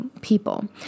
people